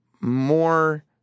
more